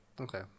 okay